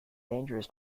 dangerous